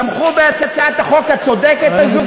הם תמכו בהצעת החוק הצודקת הזאת,